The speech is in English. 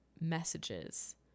messages